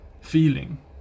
feeling